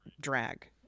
drag